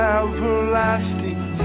everlasting